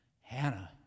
Hannah